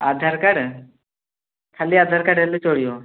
ଆଧାର card ଖାଲି Aadhaar card ହେଲେ ଚଳିବ